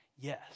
Yes